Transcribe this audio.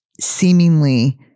seemingly